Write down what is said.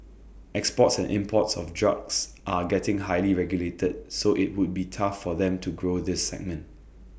exports and imports of drugs are getting highly regulated so IT would be tough for them to grow this segment